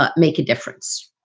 but make a difference